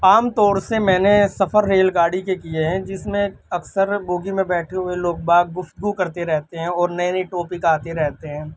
عام طور سے میں نے سفر ریل گاڑی کے کیے ہیں جس میں اکثر بوگی میں بیٹھے ہوئے لوگ باگ گفتگو کرتے رہتے ہیں اور نئے نئے ٹاپک آتے رہتے ہیں